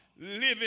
living